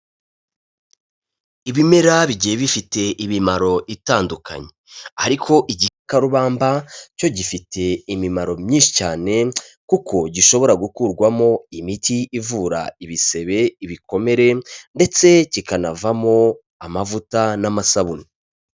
Ibimera bigiye bifite imimaro itandukanye, ariko igikakarubamba cyo gifite imimaro myinshi cyane, kuko gishobora gukurwamo imiti ivura ibisebe, ibikomere ndetse kikanavamo amavuta n'amasabune.